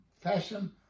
fashion